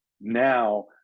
Now